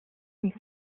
une